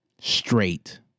straight